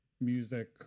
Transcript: music